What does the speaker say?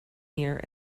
ear